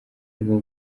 rwo